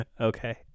Okay